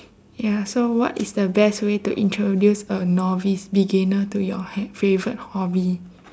ya so what is the best way to introduce a novice beginner to your h~ favorite hobby